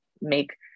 make